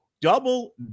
Double